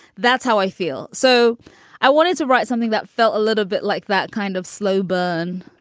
that's how i feel. so i wanted to write something that felt a little bit like that kind of slow burn.